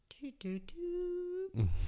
Do-do-do